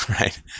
Right